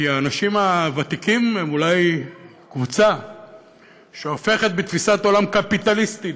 כי האנשים הוותיקים הם אולי קבוצה שהופכת בתפיסת עולם קפיטליסטית,